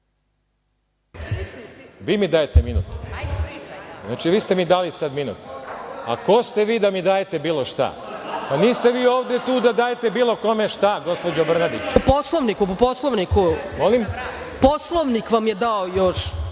Vi mi dajete minut? Znači, vi ste mi dali sada minut? A ko ste vi da mi dajete bilo šta? Pa, niste vi ovde tu da dajete bilo kome šta, gospođo Brnabić? **Ana Brnabić**